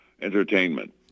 entertainment